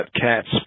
cats